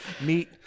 meet